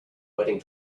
wedding